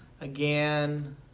again